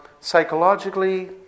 psychologically